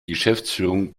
geschäftsführung